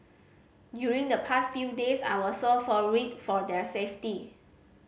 during the past few days I was so for worried for their safety